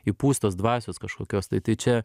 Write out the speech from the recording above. įpūst tos dvasios kažkokios tai tai čia